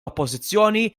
oppożizzjoni